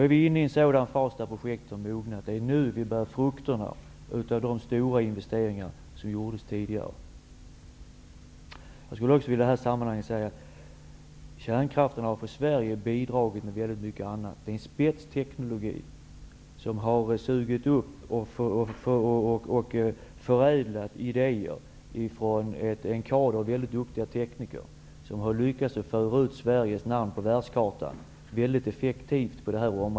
Vi är nu inne i den fas där projektet har mognat, och det är nu vi skördar frukterna av de stora investeringar som gjordes tidigare. Jag skulle i det här sammanhanget också vilja säga att kärnkraften i Sverige har bidragit till mycket annat. Det är en spetsteknologi som sugit upp och förädlat idéer från en kader mycket duktiga tekniker, som på detta område lyckats placera Sveriges namn på världskartan.